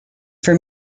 for